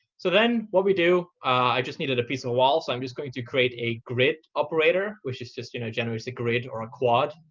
so then what we do i just needed a piece of wall. so i'm just going to create a grid operator, which just just you know generates a grid or a quad,